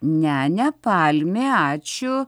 ne ne palmė ačiū